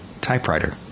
typewriter